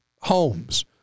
homes